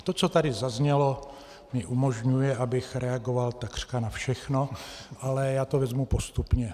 To, co tady zaznělo, mi umožňuje, abych reagoval takřka na všechno, ale já to řeknu postupně.